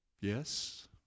Yes